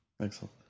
Excellent